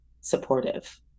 supportive